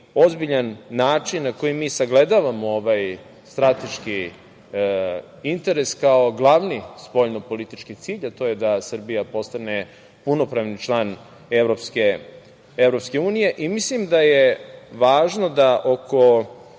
ozbiljan način na koji mi sagledavamo ovaj strateški interes kao glavni spoljnopolitički cilj, a to je da Srbija postane punopravni član EU.Mislim da je važno da oko